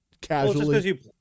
casually